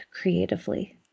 creatively